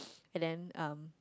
and then um